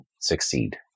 succeed